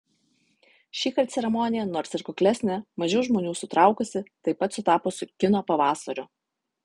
šįkart ceremonija nors ir kuklesnė mažiau žmonių sutraukusi taip pat sutapo su kino pavasariu